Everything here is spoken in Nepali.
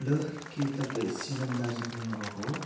हेलो के तपाईँ सिभम् दाजु बोल्नु भएको हो